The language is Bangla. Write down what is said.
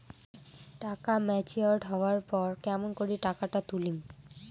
টাকা ম্যাচিওরড হবার পর কেমন করি টাকাটা তুলিম?